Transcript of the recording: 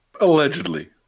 allegedly